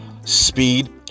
Speed